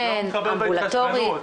אמבולטורי.